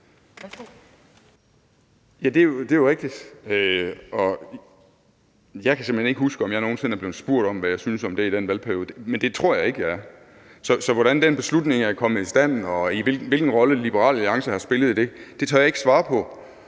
Det er jo rigtigt. Jeg kan simpelt hen ikke huske, om jeg nogen sinde er blevet spurgt om, hvad jeg syntes om det i den valgperiode, men det tror jeg ikke jeg er. Så hvordan den beslutning er kommet i stand, og hvilken rolle Liberal Alliance har spillet i det, tør jeg ikke svare på.